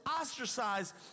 ostracized